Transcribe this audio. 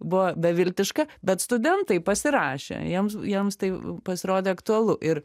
buvo beviltiška bet studentai pasirašė jiems jiems tai pasirodė aktualu ir